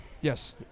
yes